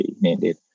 needed